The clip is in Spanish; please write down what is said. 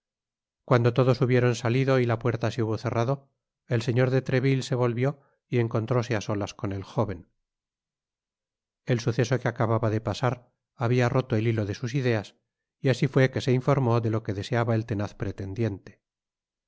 cuando todos hubieron salido y la puerta se hubo cerrado el señor de treville se volvió y encontróse á solas con el jóven el suceso que acababa de pasar habia roto el hilo de sus ideas y así fué que se informó de lo que deseaba el tenaz pretendiente